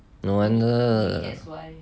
no wonder